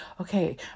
okay